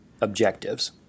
objectives